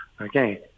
okay